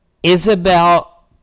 Isabel